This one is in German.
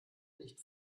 nicht